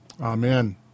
Amen